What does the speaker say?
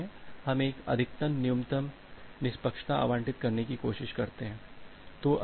हम एक अधिकतम न्यूनतम निष्पक्षता आवंटित करने की कोशिश करते हैं